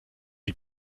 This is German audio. die